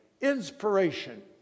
inspiration